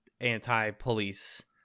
anti-police